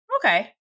Okay